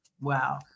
Wow